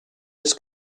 its